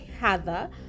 heather